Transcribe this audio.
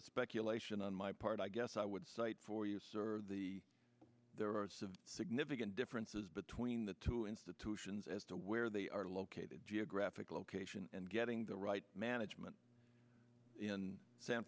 a speculation on my part i guess i would cite for you sir the there are significant differences between the two institutions as to where they are located geographic location and getting the right management in san